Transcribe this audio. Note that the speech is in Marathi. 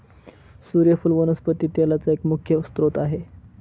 सुर्यफुल वनस्पती तेलाचा एक मुख्य स्त्रोत आहे